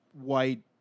white